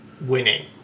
winning